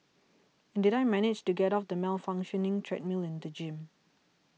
and did I manage to get off the malfunctioning treadmill in the gym